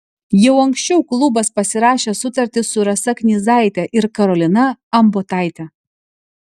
jau anksčiau klubas pasirašė sutartis su rasa knyzaite ir karolina ambotaite